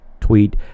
tweet